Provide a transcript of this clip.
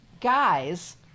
guys